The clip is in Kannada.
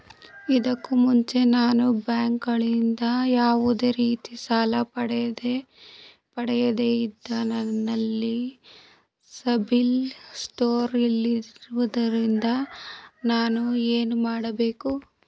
ಇದಕ್ಕೂ ಮುಂಚೆ ನಾನು ಬ್ಯಾಂಕ್ ಗಳಿಂದ ಯಾವುದೇ ರೀತಿ ಸಾಲ ಪಡೆಯದೇ ಇದ್ದು, ನನಲ್ಲಿ ಸಿಬಿಲ್ ಸ್ಕೋರ್ ಇಲ್ಲದಿರುವುದರಿಂದ ನಾನು ಏನು ಮಾಡಬೇಕು?